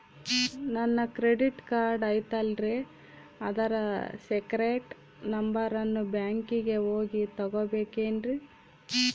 ನನ್ನ credit card ಐತಲ್ರೇ ಅದರ ಸೇಕ್ರೇಟ್ ನಂಬರನ್ನು ಬ್ಯಾಂಕಿಗೆ ಹೋಗಿ ತಗೋಬೇಕಿನ್ರಿ?